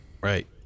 Right